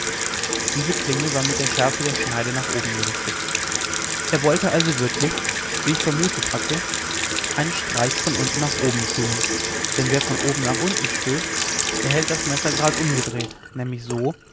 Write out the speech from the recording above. diese klinge war mit der schärfe der schneide nach oben gerichtet er wollte also wirklich wie ich vermutet hatte einen streich von unten nach oben führen denn wer von oben nach unten stößt der hält das messer grad umgedreht nämlich so